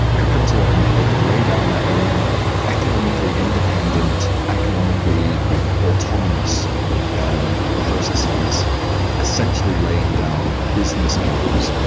could come to it and they could lay down their own economically independent, economically autonomous and processes essentially laying down business models,